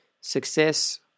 success